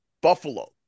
Buffalo